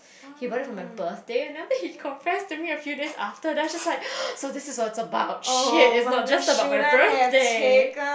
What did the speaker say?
he bought it for my birthday and then after that he confessed to me a few days after then I'm just like so this is what it's about shit it's not just about my birthday